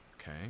Okay